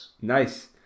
Nice